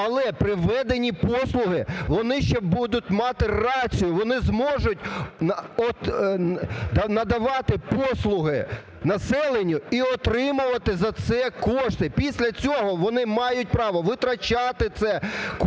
Але приведені послуги, вони ще будуть мати рацію, вони зможуть надавати послуги населенню і отримувати за це кошти. Після цього вони мають право витрачати кошти